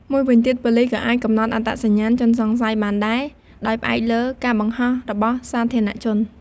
មួយវិញទៀត ប៉ូលិស ក៏អាច កំណត់អត្តសញ្ញាណជនសង្ស័យ បានដែរ ដោយផ្អែកលើ ការបង្ហោះរបស់សាធារណជន